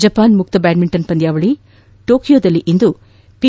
Japan ಮುಕ್ತ badminton ಪಂದ್ಯಾವಳಿ ಟೋಕಿಯೋದಲ್ಲಿಂದು ಪಿ